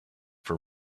for